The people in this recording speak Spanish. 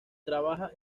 trabaja